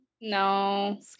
no